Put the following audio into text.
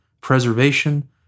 preservation